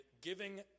giving